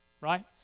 right